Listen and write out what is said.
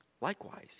Likewise